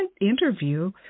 interview